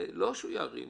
לא שהוא יערים,